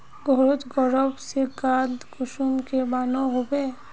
घोरोत गबर से खाद कुंसम के बनो होबे?